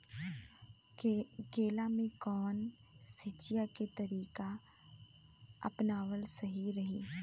केला में कवन सिचीया के तरिका अपनावल सही रही?